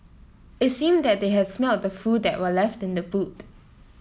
it seemed that they had smelt the food that were left in the boot